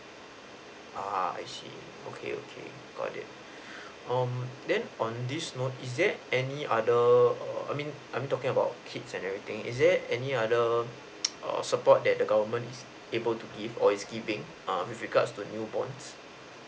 uh I see okay okay got it um then on this not~ is there any other err I mean I'm talking about kids and everything is there any other err support that the government able to give or is giving err with regard to the new born